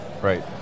right